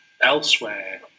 elsewhere